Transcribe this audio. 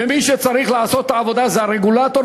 ומי שצריך לעשות את העבודה זה הרגולטור,